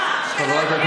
מפסיקה.